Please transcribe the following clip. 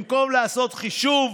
במקום לעשות חישוב